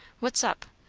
what's up?